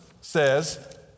says